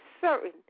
certain